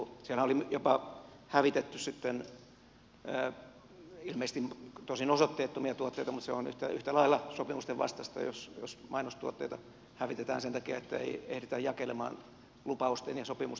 siellähän oli jopa hävitetty sitten tuotteita ilmeisesti tosin osoitteettomia tuotteita mutta se on yhtä lailla sopimusten vastaista jos mainostuotteita hävitetään sen takia että ei ehditä jakelemaan lupausten ja sopimusten mukaisesti